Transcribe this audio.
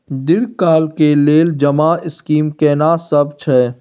दीर्घ काल के लेल जमा स्कीम केना सब छै?